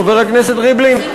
חבר הכנסת ריבלין,